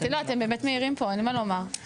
אתם באמת מהירים פה, אין לי מה לומר.